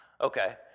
Okay